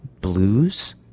blues